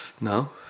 No